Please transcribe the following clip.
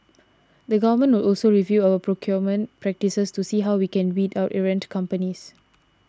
the Government will also review our procurement practices to see how we can weed out errant companies